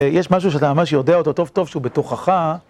יש משהו שאתה ממש יודע אותו טוב טוב שהוא בתוכך